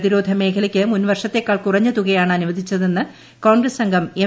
പ്രതിരോധ മേഖലയ്ക്ക് മുൻവർഷത്തേക്കാൾ കുറഞ്ഞ തുകയാണ് അനുവദിച്ചതെന്ന് കോൺഗ്രസ് അംഗം എം